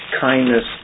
kindness